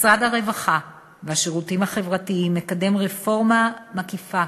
משרד הרווחה והשירותים החברתיים מקדם רפורמה מקיפה